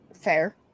Fair